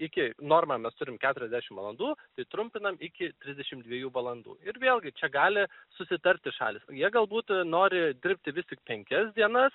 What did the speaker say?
iki normą mes turim keturiasdešim valandų tai trumpinam iki trisdešim dviejų valandų ir vėlgi čia gali susitarti šalys jie galbūt nori dirbti vis tik penkias dienas